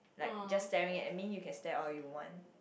like just staring at me you can stare all you want